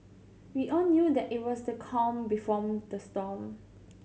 we all knew that it was the calm the storm